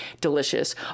delicious